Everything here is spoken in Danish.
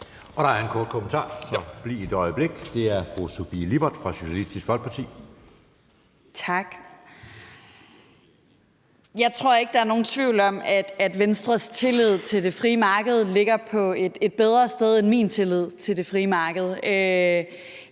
Der er en kort bemærkning. Det er fra fru Sofie Lippert fra Socialistisk Folkeparti. Kl. 10:54 Sofie Lippert (SF): Tak. Jeg tror ikke, at der er nogen tvivl om, at Venstres tillid til det frie marked ligger på et bedre sted end min tillid til det frie marked.